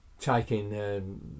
taking